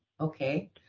okay